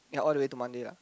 yea all the way to Monday lah